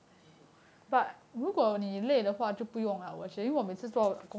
I don't know